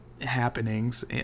happenings